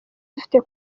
dufite